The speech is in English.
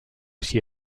see